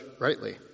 rightly